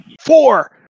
Four